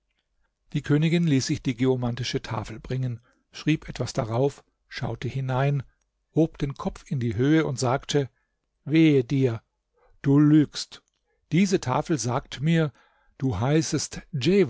die königin ließ sich die geomantische tafel bringen schrieb etwas darauf schaute hinein hob den kopf in die höhe und sagte wehe dir du lügst diese tafel sagt mir du heißest